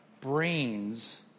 brains